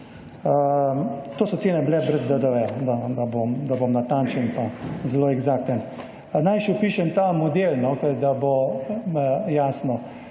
To so bile cene brez DDV, da bom natančen in zelo eksakten. Naj še opišem ta model, da bo jasno.